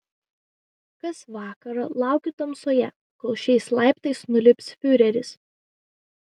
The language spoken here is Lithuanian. kas vakarą laukiu tamsoje kol šiais laiptais nulips fiureris